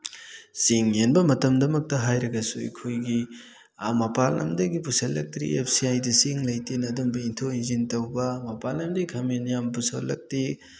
ꯆꯦꯡ ꯌꯦꯟꯕ ꯃꯇꯝꯗꯃꯛꯇ ꯍꯥꯏꯔꯒꯁꯨ ꯑꯩꯈꯣꯏꯒꯤ ꯃꯄꯥꯟ ꯂꯝꯗꯒꯤ ꯄꯨꯁꯜꯂꯛꯇ꯭ꯔꯤ ꯑꯦꯐ ꯁꯤ ꯑꯥꯏꯗ ꯆꯦꯡ ꯂꯩꯇꯦꯅ ꯑꯗꯨꯝꯕ ꯏꯟꯊꯣꯛ ꯏꯟꯁꯤꯟ ꯇꯧꯕ ꯃꯄꯥꯟ ꯂꯝꯗꯩ ꯈꯥꯃꯦꯟ ꯌꯥꯝ ꯄꯨꯁꯜꯂꯛꯇꯦ